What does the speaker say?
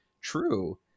true